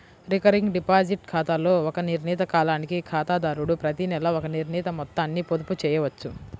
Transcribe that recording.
recurring deposit ఖాతాలో ఒక నిర్ణీత కాలానికి ఖాతాదారుడు ప్రతినెలా ఒక నిర్ణీత మొత్తాన్ని పొదుపు చేయవచ్చు